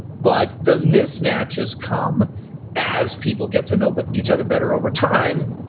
but the mismatches come as people get to know but each other better over time.